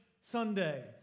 Sunday